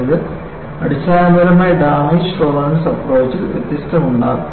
ഇത് അടിസ്ഥാനപരമായി damage tolerance approach ഇൽ വ്യത്യാസമുണ്ടാക്കുന്നു